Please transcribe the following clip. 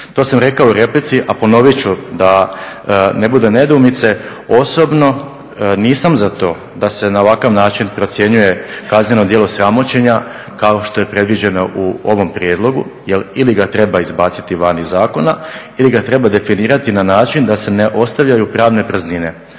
To sam rekao u replici, a ponovit ću da ne bude nedoumice, osobno nisam za to da se na ovakav način procjenjuje kazneno djelo sramoćenja kao što je predviđeno u ovom prijedlogu jer ili ga treba izbaciti van iz zakona ili ga treba definirati na način da se ne ostavljaju pravne praznine.